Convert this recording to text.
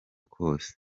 kose